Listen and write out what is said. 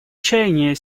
чаяния